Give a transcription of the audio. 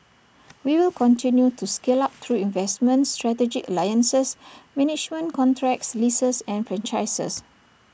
we will continue to scale up through investments strategic alliances management contracts leases and franchises